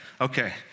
Okay